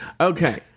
Okay